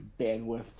bandwidth